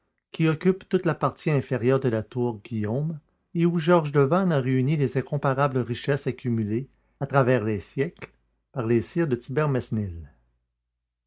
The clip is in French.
qui occupe toute la partie inférieure de la tour guillaume et où georges devanne a réuni les incomparables richesses accumulées à travers les siècles par les sires de